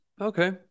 Okay